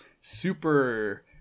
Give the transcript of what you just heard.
super